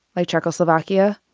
like czechoslovakia,